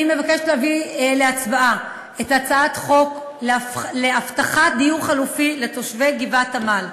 אני מבקשת להביא להצבעה את הצעת חוק להבטחת דיור חלופי לתושבי גבעת-עמל.